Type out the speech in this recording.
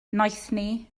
noethni